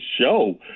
show